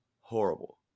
horrible